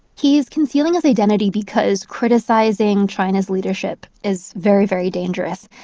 he is concealing his identity because criticizing china's leadership is very, very dangerous.